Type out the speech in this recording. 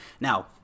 Now